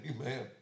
Amen